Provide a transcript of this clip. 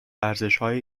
ارزشهای